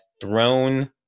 thrown